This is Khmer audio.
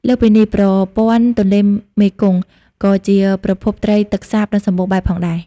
លើសពីនេះ ប្រព័ន្ធទន្លេមេគង្គក៏ជាប្រភពត្រីទឹកសាបដ៏សម្បូរបែបផងដែរ។